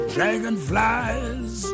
Dragonflies